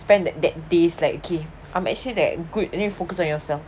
spend that that days like okay I'm actually that good and you focus on yourself